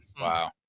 Wow